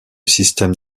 système